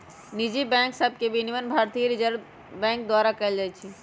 निजी बैंक सभके विनियमन भारतीय रिजर्व बैंक द्वारा कएल जाइ छइ